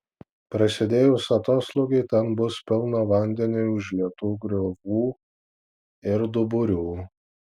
prasidėjus atoslūgiui ten bus pilna vandeniu užlietų griovų ir duburių